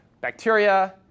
bacteria